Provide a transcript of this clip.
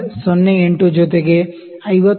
08 ಜೊತೆಗೆ 51